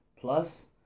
plus